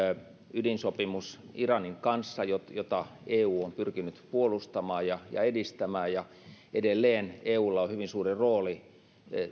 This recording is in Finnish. ydinsopimus iranin kanssa jota jota eu on pyrkinyt puolustamaan ja ja edistämään edelleen eulla on hyvin suuri rooli